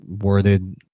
worded